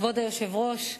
כבוד היושב-ראש,